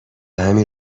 همین